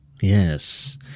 Yes